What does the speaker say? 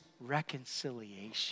reconciliation